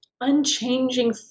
unchanging